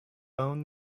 phone